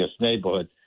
neighborhood